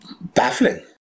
baffling